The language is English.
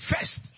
first